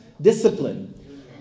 discipline